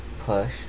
push